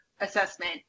assessment